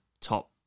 top